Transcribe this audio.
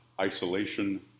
isolation